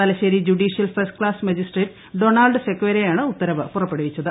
Thalassery judicial first class magistrate Donald സെക്കേരയാണ് ഉത്തരവ് പുറപ്പെടുവിച്ചത്